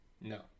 No